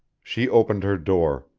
she opened her door.